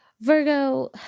Virgo